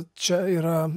čia yra